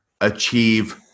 achieve